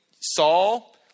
Saul